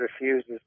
refuses